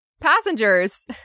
passengers